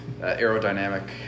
aerodynamic